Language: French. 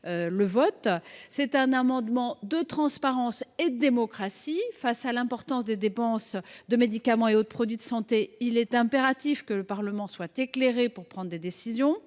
amendement est un amendement de transparence et de démocratie. Face à l’importance des dépenses de médicaments et autres produits de santé, il est impératif que le Parlement soit éclairé pour prendre des décisions.